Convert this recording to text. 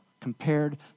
compared